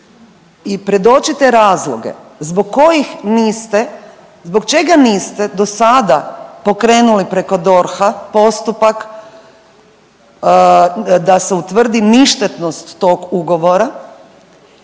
i predočite razloge zbog kojih niste, zbog čega niste do sada pokrenuli preko DORH-a postupak da se utvrdi ništetnost tog ugovora?